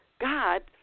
god